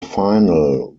final